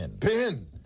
pin